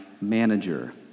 manager